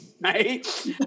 Right